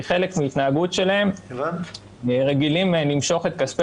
כחלק מההתנהלות שלהם רגילים למשוך את כספי